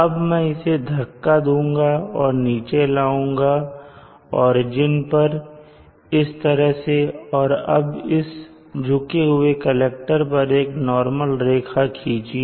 अब मैं इसे धक्का दूँगा और नीचे लाऊंगा ओरिजिन पर इस तरह से और अब इस झुके हुए कलेक्टर पर एक नॉर्मल रेखा खींचिए